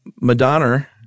Madonna